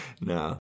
No